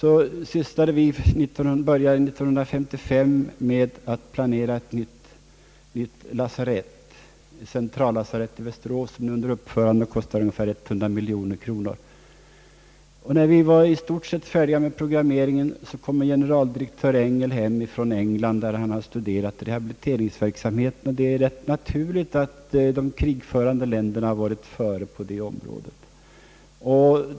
År 1955 började vi planera ett nytt centrallasarett i Västerås; det är nu under uppförande och kostar ungefär 100 miljoner kronor. Då vi var i stort sett färdiga med programmeringen kom genealdirektör Engel hem från ett besök i England där han studerat rehabiliteringsverksamheten. Det är rätt naturligt att de krigförande länderna varit före oss på det området.